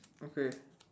okay